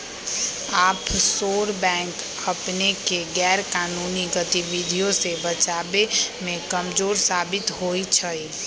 offshore bank अपनेके गैरकानूनी गतिविधियों से बचाबे में कमजोर साबित होइ छइ